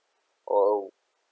or